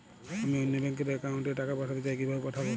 আমি অন্য ব্যাংক র অ্যাকাউন্ট এ টাকা পাঠাতে চাই কিভাবে পাঠাবো?